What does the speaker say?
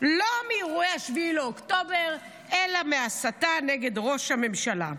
לא מאירועי 7 באוקטובר אלא מהסתה נגד ראש הממשלה.